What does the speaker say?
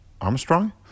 Armstrong